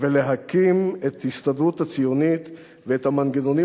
ולהקים את ההסתדרות הציונית ואת המנגנונים